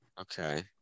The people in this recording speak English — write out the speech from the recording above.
okay